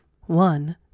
One